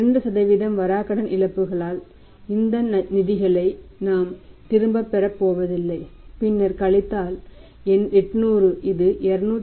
2 வராக்கடன் இழப்புகளால் இந்த நிதிகளை நாம் திரும்பப் பெறப் போவதில்லை பின்னர் கழித்தல் 800 இது 280